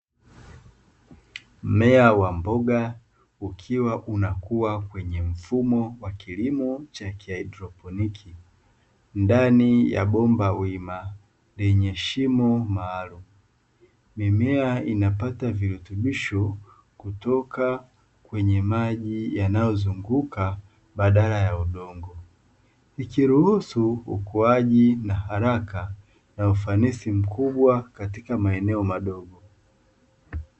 Mmea wa mboga ukiwa unakuwa kwenye mfumo wa kilimo cha kihaidroponi, ndani ya bomba wima lenye shimo maalumu. Mimea inapata virutubisho kutoka kwenye maji yanayozunguka badala ya udongo, ikiruhusu ukuaji na haraka na ufanisi mkubwa katika maeneo madogo.